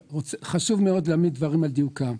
חשוב מאוד להעמיד דברים על דיוקם.